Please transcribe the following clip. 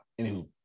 Anywho